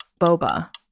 boba